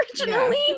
originally